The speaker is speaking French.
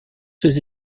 ses